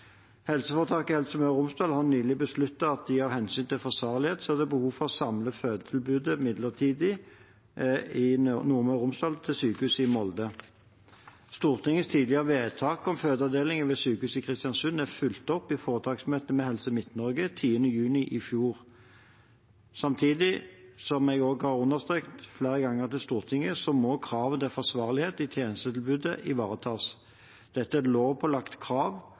Helseforetaket Helse Møre og Romsdal har nylig besluttet at de av hensyn til forsvarlighet ser behov for midlertidig å samle fødetilbudet i Nordmøre og Romsdal til sykehuset i Molde. Stortingets tidligere vedtak om fødeavdelingen ved sykehuset i Kristiansund er fulgt opp i foretaksmøte med Helse Midt-Norge 10. juni i fjor. Samtidig må, som jeg også har understreket flere ganger til Stortinget, kravet til forsvarlighet i tjenestetilbudet ivaretas. Dette er et lovpålagt krav,